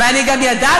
ואני גם ידעתי,